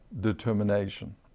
determination